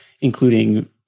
including